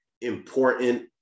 important